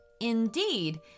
indeed